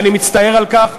ואני מצטער על כך,